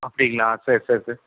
அப்படிங்களா சேரி சேரி சேரி